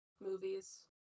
movies